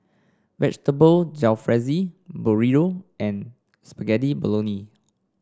Vegetable Jalfrezi Burrito and Spaghetti Bolognese